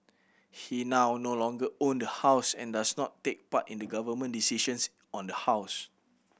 he now no longer own the house and does not take part in the Government decisions on the house